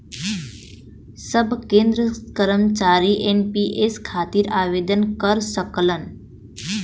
सब केंद्र कर्मचारी एन.पी.एस खातिर आवेदन कर सकलन